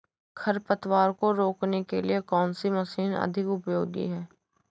खरपतवार को रोकने के लिए कौन सी मशीन अधिक उपयोगी है?